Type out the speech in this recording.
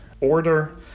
order